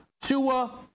Tua